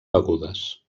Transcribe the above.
begudes